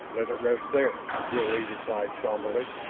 let it rest there, jil-lee replied somberly.